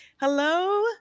hello